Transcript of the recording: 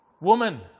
woman